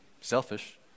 Selfish